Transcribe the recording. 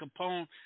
Capone